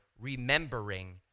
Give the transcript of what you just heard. remembering